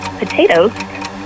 Potatoes